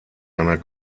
einer